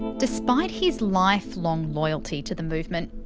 despite his lifelong loyalty to the movement,